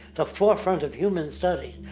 the forefront of human study.